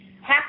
half